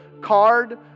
card